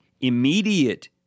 immediate